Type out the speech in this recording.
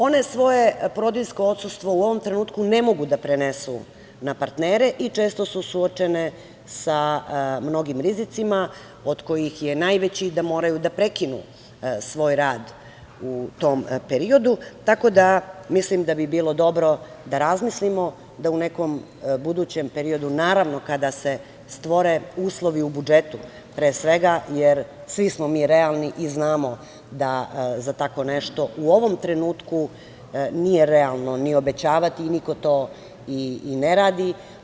One svoje porodiljsko odsustvo u ovom trenutku ne mogu da prenesu na partnere i često su suočene sa mnogim rizicima od kojih je najveći da moraju da prekinu svoj rad u tom periodu tako da mislim da bi bilo dobro da razmislimo da u nekom budućem periodu, naravno kada se stvore uslovi u budžetu, pre svega, jer svi smo mi realni i znamo da tako nešto u ovom trenutku nije realno ni obećavati, niko to i ne radi.